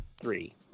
Three